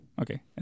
okay